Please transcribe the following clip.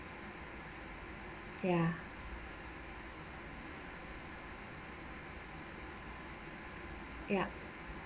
ya yup